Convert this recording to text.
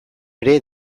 ere